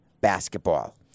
basketball